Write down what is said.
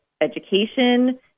education